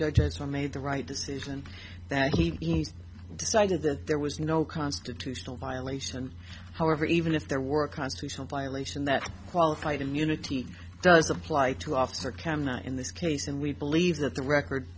judgments are made the right decision that he's decided that there was no constitutional violation however even if there were a constitutional violation that qualified immunity does apply to officer cam not in this case and we believe that the record